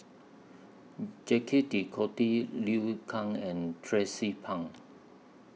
Jacques De Couty Liu Kang and Tracie Pang